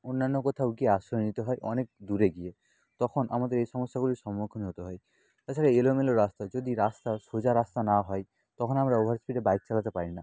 অন্যান্য কোথাও গিয়ে আশ্রয় নিতে হয় অনেক দূরে গিয়ে তখন আমাদের এই সমস্যাগুলির সম্মুখীন হতে হয় তাছাড়া এলোমেলো রাস্তা যদি রাস্তা সোজা রাস্তা না হয় তখন আমরা ওভার স্পিডে বাইক চালাতে পারি না